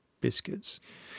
biscuits